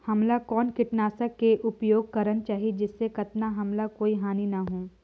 हमला कौन किटनाशक के उपयोग करन चाही जिसे कतना हमला कोई हानि न हो?